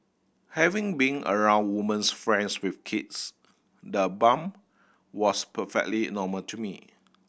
having been around woman's friends with kids the bump was perfectly normal to me